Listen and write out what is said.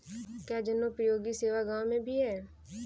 क्या जनोपयोगी सेवा गाँव में भी है?